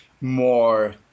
more